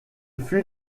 fut